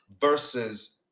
versus